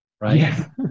right